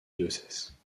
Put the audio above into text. diocèse